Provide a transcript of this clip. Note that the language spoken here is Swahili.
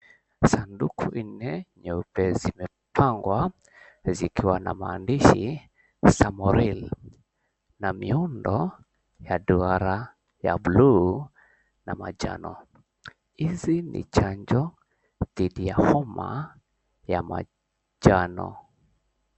Sanduku nne nyeupe zimepangwa zikiwa na maandishi samoreal na miundo ya duara ya buluu na majano. Hizi ni chanjo dhidi ya homa ya majano.